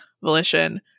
volition